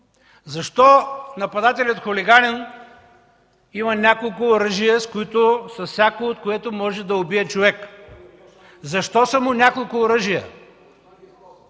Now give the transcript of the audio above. защо нападателят-хулиганин, има няколко оръжия, с всяко от които може да убие човек? Защо са му няколко оръжия?